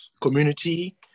community